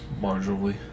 marginally